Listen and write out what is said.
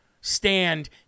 stand